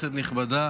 כנסת נכבדה,